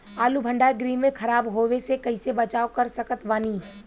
आलू भंडार गृह में खराब होवे से कइसे बचाव कर सकत बानी?